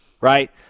right